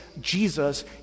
Jesus